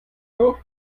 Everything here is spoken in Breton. nor